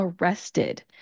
arrested